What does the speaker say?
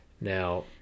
Now